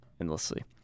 endlessly